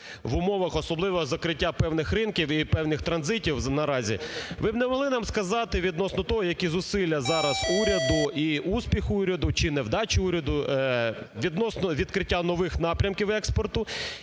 Ви б не могли нам сказати відносно того, які зусилля зараз уряду і успіху уряду чи невдач уряду, відносно відкриття нових напрямків експорту